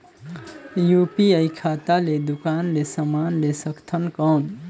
UPI खाता ले दुकान ले समान ले सकथन कौन?